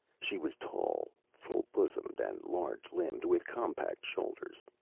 she was tall, full-bosomed and large-limbed, with compact shoulders.